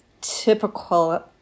typical